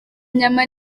nyama